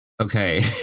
Okay